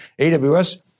AWS